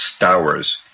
Stowers